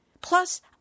Plus